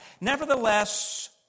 Nevertheless